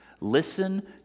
Listen